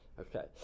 Okay